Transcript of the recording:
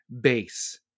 base